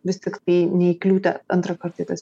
vis tiktai neįkliūti antrą kartą į tas